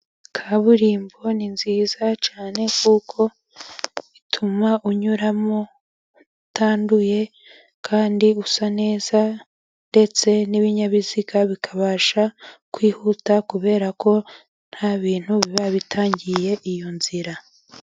Kaburimbo ni nziza cyane, kuko bituma unyuramo utanduye kandi usa neza, ndetse n'ibinyabiziga bikabasha kwihuta kubera ko nta bintu biba bitangiye iyo nzira.